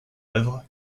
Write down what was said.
œuvre